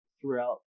throughout